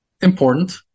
important